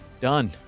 Done